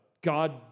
God